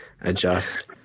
adjust